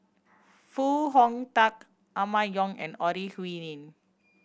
Foo Hong Tatt Emma Yong and Ore Huiying